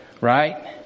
right